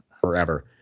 forever